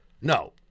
no